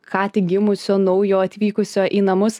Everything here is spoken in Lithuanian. ką tik gimusio naujo atvykusio į namus